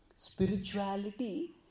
spirituality